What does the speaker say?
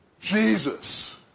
Jesus